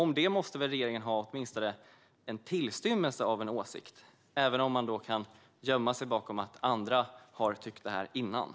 Om detta måste väl regeringen ha åtminstone en tillstymmelse till åsikt, även om man kan gömma sig bakom att andra har tyckt så tidigare.